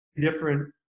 different